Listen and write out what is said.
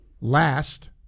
last